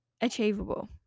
achievable